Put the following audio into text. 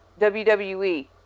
WWE